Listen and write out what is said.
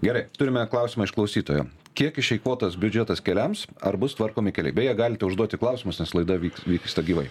gerai turime klausimą iš klausytojo kiek išeikvotas biudžetas keliams ar bus tvarkomi keliai beje galite užduoti klausimus nes laida vyks vyksta gyvai